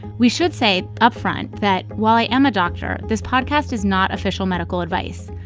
we should say upfront that while i am a doctor, this podcast is not official medical advice.